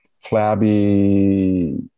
flabby